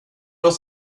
oss